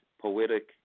poetic